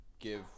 give